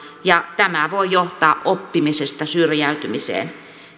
ja tämä voi johtaa oppimisesta syrjäytymiseen